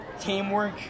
Teamwork